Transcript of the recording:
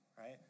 right